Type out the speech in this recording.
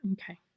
Okay